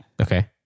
Okay